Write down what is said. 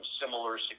similar